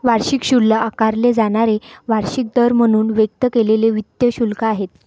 वार्षिक शुल्क आकारले जाणारे वार्षिक दर म्हणून व्यक्त केलेले वित्त शुल्क आहे